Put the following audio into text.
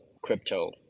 Crypto